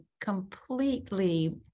completely